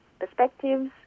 perspectives